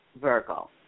Virgo